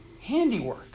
handiwork